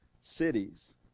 cities